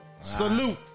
Salute